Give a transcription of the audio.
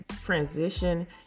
transition